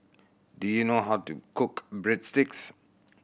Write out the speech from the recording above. do you know how to cook Breadsticks